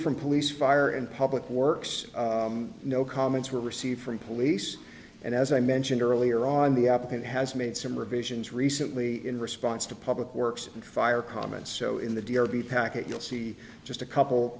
from police fire and public works no comments were received from police and as i mentioned earlier on the applicant has made some revisions recently in response to public works and fire comments so in the derby packet you'll see just a couple